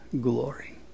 glory